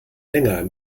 länger